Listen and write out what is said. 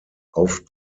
auf